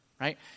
right